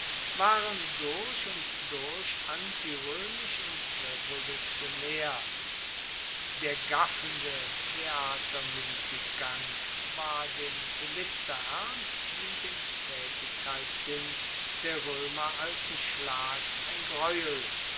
waren durch und durch antiroemisch und revolutionaer der gaffende theatermuessiggang war dem philisterernst wie dem taetigkeitssinn der roemer alten schlags ein greuel